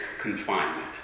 confinement